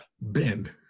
Bend